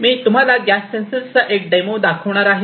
मी तुम्हाला gas sensor चा एक डेमो दाखवणार आहे